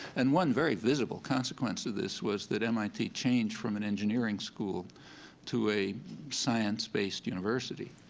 and one very visible consequence of this was that mit changed from an engineering school to a science based university.